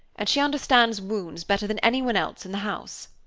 and she understand wounds better than anyone else in the house.